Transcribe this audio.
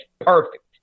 perfect